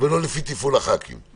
ולא לפי תפעול חברי הכנסת.